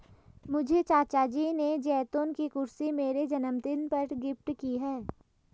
मुझे चाचा जी ने जैतून की कुर्सी मेरे जन्मदिन पर गिफ्ट की है